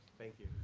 thank you.